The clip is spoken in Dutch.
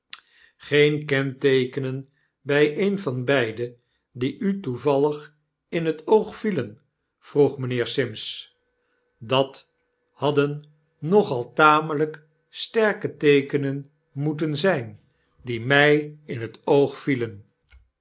geene kenteekenen by een van beiden die u toevallig in het oog vielen vroeg mijnheer sims mopes de kluizenaar dat hadden nogal tamelyk sterke teekenen moeten zyn die my in toog vielen